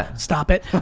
ah stop it.